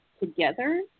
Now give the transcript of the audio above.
together